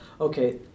okay